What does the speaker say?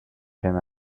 came